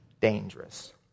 dangerous